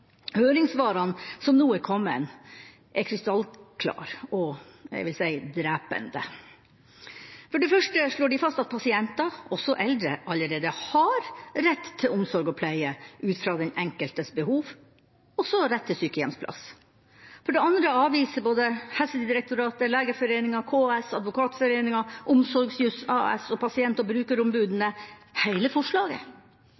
Høringssvarene som nå er kommet, er krystallklare, og jeg vil si drepende. For det første slår de fast at pasienter – også eldre – allerede har rett til omsorg og pleie ut ifra den enkeltes behov og rett til sykehjemsplass. For det andre avviser Helsedirektoratet, Legeforeningen, KS, Advokatforeningen, Omsorgsjuss AS og pasient- og brukerombudene hele forslaget.